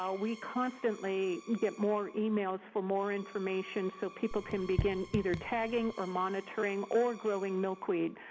ah we constantly get more emails for more information, so people can begin either tagging or monitoring or growing milkweed.